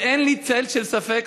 ואין לי צל של ספק,